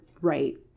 right